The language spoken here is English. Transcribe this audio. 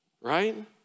right